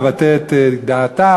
נבטא את דעתם.